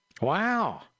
Wow